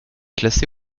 classé